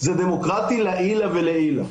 זה דמוקרטי לעילא ולעילא.